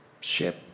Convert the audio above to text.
ship